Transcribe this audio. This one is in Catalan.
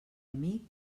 amic